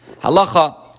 Halacha